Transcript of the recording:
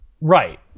Right